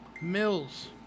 Mills